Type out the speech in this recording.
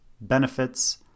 benefits